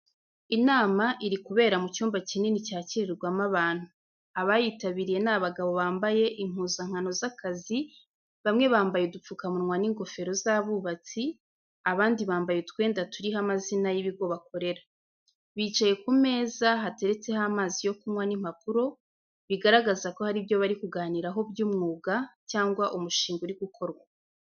Inama iri kubera mu cyumba kinini cyakirirwamo abantu. Abayitabiriye ni abagabo bambaye impuzankano z’akazi, bamwe bambaye udupfukamunwa n'ingofero z’abubatsi, abandi bambaye utwenda turiho amazina y’ibigo bakorera. Bicaye ku meza hateretseho amazi yo kunywa n’impapuro, bigaragaza ko hari ibyo bari kuganiraho by’umwuga cyangwa umushinga uri gukorwa.